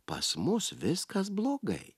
pas mus viskas blogai